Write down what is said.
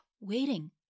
waiting